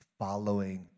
following